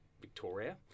Victoria